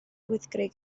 wyddgrug